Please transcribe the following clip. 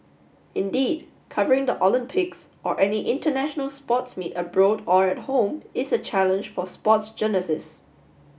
indeed covering the Olympics or any international sports meet abroad or at home is a challenge for sports journalists